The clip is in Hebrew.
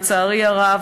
לצערי הרב,